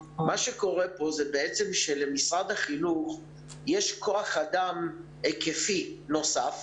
מה שקורה פה זה שלמשרד החינוך יש כוח-אדם היקפי נוסף